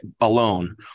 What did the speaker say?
alone